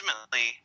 ultimately